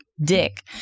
dick